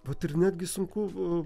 vat ir netgi sunku